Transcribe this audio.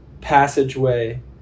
passageway